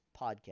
podcast